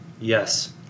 Yes